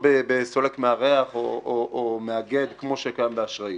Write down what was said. בסולק מארח או מאגד כמו שקיים באשראים.